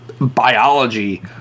biology